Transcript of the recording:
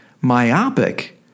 myopic